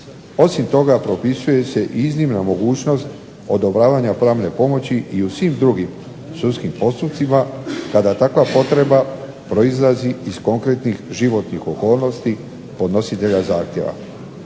Osim toga propisuje se i iznimna mogućnost odobravanja pravne pomoći i u svim drugim sudskim postupcima, kada takva potreba proizlazi iz konkretnih životnih okolnosti podnositelja zahtjeva.